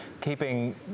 keeping